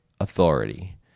authority